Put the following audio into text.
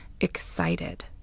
excited